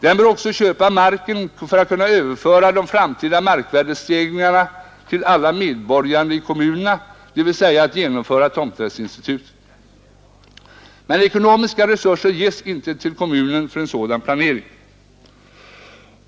De bör också köpa marken för att kunna överföra de framtida markvärdestegringarna till alla medborgarna i kommunen dvs. för att genomföra tomträttsinstitutet. Men ekonomiska resurser ges inte till kommunerna för en sådan planering.